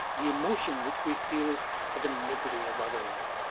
the emotion which we feel for the misery of others,